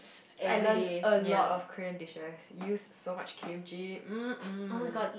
so I learn a lot of Korean dishes used so much kimchi mm